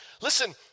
Listen